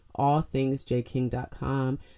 allthingsjking.com